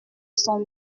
son